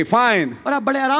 fine